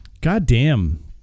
goddamn